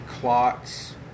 clots